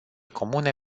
comune